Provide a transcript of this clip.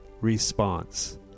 response